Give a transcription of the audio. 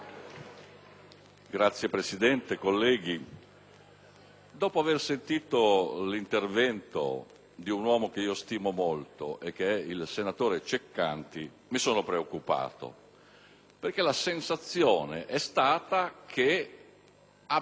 dopo aver sentito l'intervento di un uomo che stimo molto, il senatore Ceccanti, mi sono preoccupato perché la sensazione è stata che abbia sbagliato provvedimento o Aula.